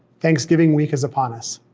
thanksgiving week is upon us.